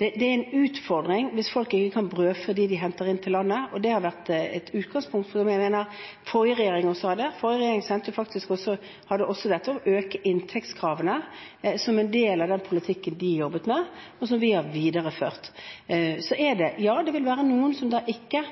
Det er en utfordring hvis folk ikke kan brødfø dem de henter inn til landet. Det var et utgangspunkt også den forrige regjeringen hadde. Forrige regjering hadde også økte inntektskrav som en del av den politikken de jobbet med, og som vi har videreført. Ja, det vil være noen som ikke